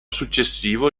successivo